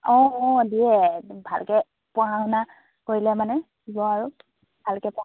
অঁ অঁ দিয়ে ভালকৈ পঢ়া শুনা কৰিলে মানে দিব আৰু ভালকৈ পঢ়া